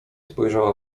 spojrzała